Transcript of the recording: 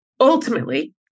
ultimately